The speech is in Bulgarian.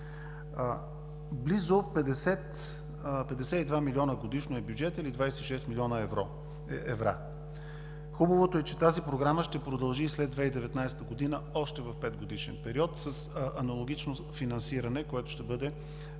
Близо 52 милиона годишно е бюджетът или 26 млн. евро. Хубаво е, че тази Програма ще продължи и след 2019 г. още в петгодишен период с аналогично финансиране, което ще бъде